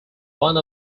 one